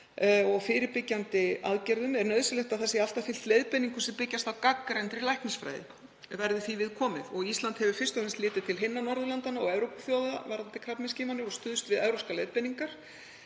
og fyrirbyggjandi aðgerðum, er nauðsynlegt að alltaf sé fylgt leiðbeiningum sem byggjast á gagnreyndri læknisfræði, verði því við komið. Ísland hefur fyrst og fremst litið til hinna Norðurlandanna og Evrópuþjóða varðandi krabbameinsskimanir og stuðst við evrópskar leiðbeiningar,